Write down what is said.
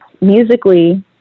musically